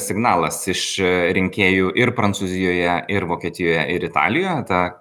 signalas iš rinkėjų ir prancūzijoje ir vokietijoje ir italijoje ta